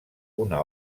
una